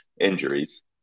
injuries